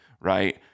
right